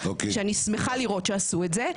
שאני שמחה לראות שעשו את זה,